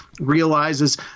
realizes